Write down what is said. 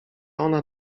ona